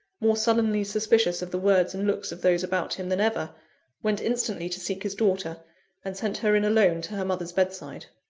more sullenly suspicious of the words and looks of those about him than ever went instantly to seek his daughter and sent her in alone to her mother's bedside.